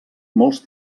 molts